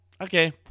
okay